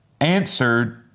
answered